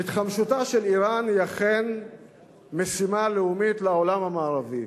התחמשותה של אירן היא אכן משימה לאומית לעולם המערבי,